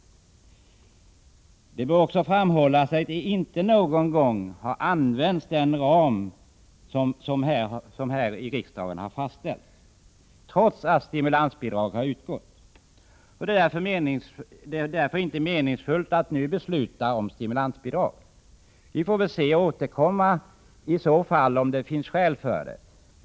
Det bör också framhållas att den av riksdagen fastställda ramen aldrig har använts, trots att stimulansbidrag har utgått. Det är därför inte meningsfullt att nu besluta om stimulansbidrag. Det går ju att återkomma, om det finns skäl för detta.